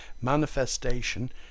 Manifestation